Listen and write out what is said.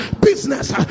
business